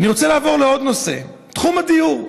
אני רוצה לעבור לעוד נושא, תחום הדיור.